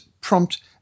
prompt